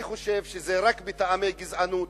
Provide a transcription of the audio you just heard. אני חושב שזה רק מטעמי גזענות.